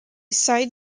side